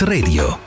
Radio